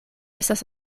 estas